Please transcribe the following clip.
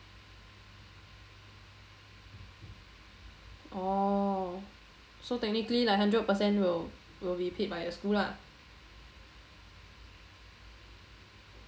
orh so technically like hundred percent will will be paid by the school lah